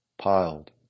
piled